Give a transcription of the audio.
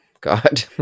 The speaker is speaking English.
god